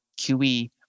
QE